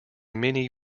mini